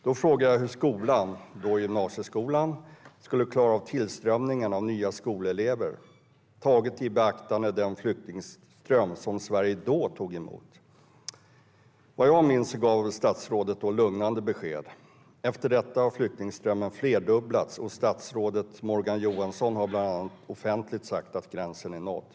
Jag frågade då hur gymnasieskolan skulle klara av tillströmningen av nya skolelever taget i beaktande den flyktingström som Sverige tog emot. Vad jag minns gav statsrådet lugnande besked. Efter detta har antalet flyktingar flerdubblats, och statsrådet Morgan Johansson har offentligt sagt att gränsen är nådd.